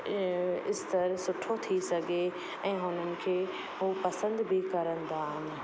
स्थर सुठो थी सघे ऐं हुननि खे उहो पसंदि बि कंदा आहिनि